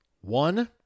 one-